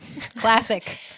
Classic